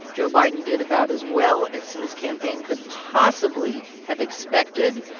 joe biden did about as well as his campaign could possibly have expected.